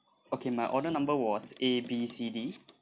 okay my order number was A B C D